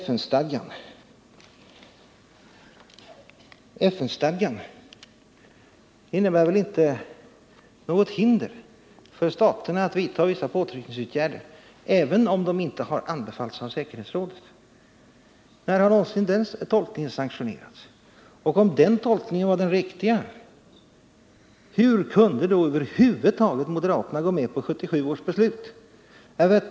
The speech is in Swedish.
FN-stadgan innebär inte något hinder för staterna att vidta vissa påtryckningsåtgärder även om de inte har anbefallts av säkerhetsrådet. När har någonsin den tolkningen sanktionerats? Och om den tolkningen var den riktiga, hur kunde då moderaterna över huvud taget gå med på 1977 års beslut?